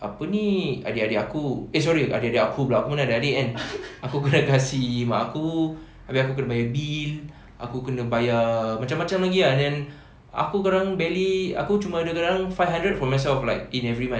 apa ni adik-adik aku eh sorry adik-adik aku pula aku mana ada adik kan aku kena kasi mak aku abeh aku kena bayar bill aku kena bayar macam-macam lagi ah then aku kadang-kadang barely aku cuma ada kadang-kadang five hundred for myself like in every month